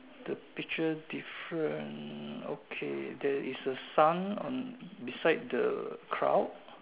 the picture different okay there is a sun on beside the crowd